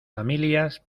familias